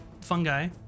fungi